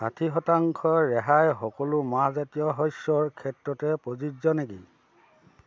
ষাঠী শতাংশ ৰেহাই সকলো মাহজাতীয় শস্যৰ ক্ষেত্ৰতে প্ৰযোজ্য নেকি